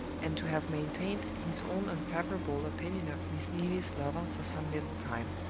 and to have maintained his own unfavorable opinion of miss neelie's lover for some little time.